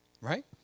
right